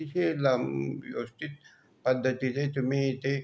अतिशय लांब व्यवस्थित पद्धतीचे तुम्ही इथे